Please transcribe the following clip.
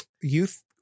youth